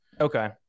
Okay